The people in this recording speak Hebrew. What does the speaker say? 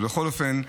בכל אופן,